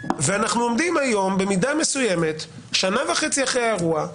ואנחנו עומדים היום במידה מסוימת שנה וחצי אחרי האירוע,